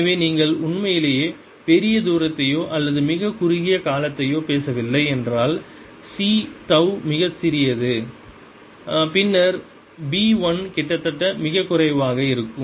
எனவே நீங்கள் உண்மையிலேயே பெரிய தூரத்தையோ அல்லது மிகக் குறுகிய காலத்தையோ பேசவில்லை என்றால் C தவ் மிகச் சிறியது பின்னர் B 1 கிட்டத்தட்ட மிகக் குறைவாகவே இருக்கும்